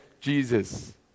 Jesus